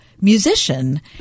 musician